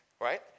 Right